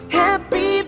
happy